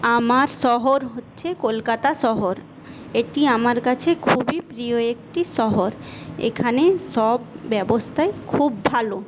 আমার শহর হচ্ছে কলকাতা শহর এটি আমার কাছে খুবই প্রিয় একটি শহর এখানে সব ব্যবস্থাই খুব ভালো